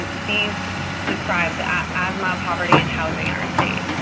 these describe the asthma, poverty and housing in our state.